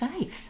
safe